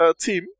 team